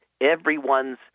everyone's